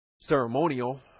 ceremonial